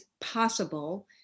possible